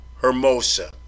Hermosa